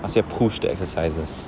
那些 push 的 exercises